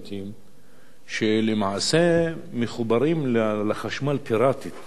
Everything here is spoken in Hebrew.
שלמעשה מחוברים פיראטית למערכת החשמל,